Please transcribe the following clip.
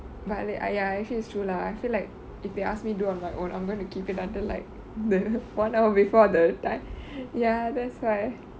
but then !aiya! actually it's true lah I feel like if they ask me to do on my own I'm going to keep it until like the one hour before the time ya that's why